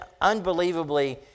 unbelievably